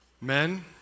Men